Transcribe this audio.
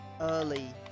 early